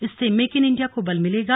इससे make in India को बल मिलेगा